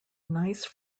nice